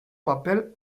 papel